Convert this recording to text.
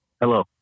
Hello